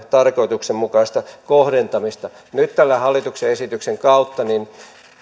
tarkoituksenmukaista kohdentamista nyt tämän hallituksen esityksen kautta